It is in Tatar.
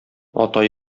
ата